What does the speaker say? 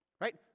Right